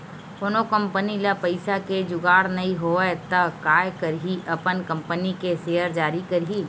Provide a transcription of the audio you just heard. कोनो कंपनी ल पइसा के जुगाड़ नइ होवय त काय करही अपन कंपनी के सेयर जारी करही